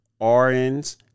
RNs